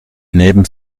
neben